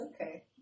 okay